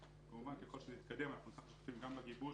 וככל שנתקדם נשמח לסייע בגיבוש,